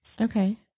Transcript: Okay